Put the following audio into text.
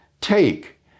Take